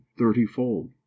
thirtyfold